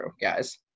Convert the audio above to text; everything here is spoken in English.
Guys